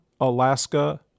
alaska